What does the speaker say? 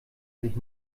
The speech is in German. sich